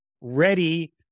ready